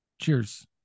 Cheers